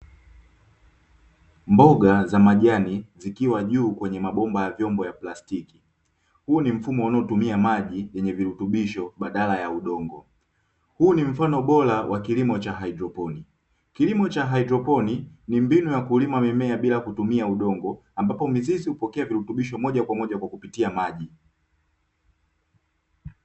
Mboga za majani zikiwa juu kwenye mabomba ya vyombo vya plastiki, huu ni mfumo unaotumia maji yenye virutubisho badala ya udongo. Huu ni mfano bora wa kilimo cha haidroponi. Kilimo cha haidroponi ni mbinu ya kulima mimea bila kutumia udongo ambapo mzizi hupokea virutubisho moja kwa moja kwa kupitia maji.